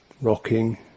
Rocking